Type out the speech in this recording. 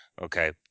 Okay